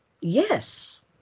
yes